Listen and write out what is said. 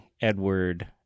Edward